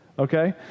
Okay